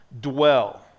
dwell